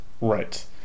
right